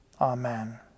Amen